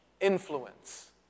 influence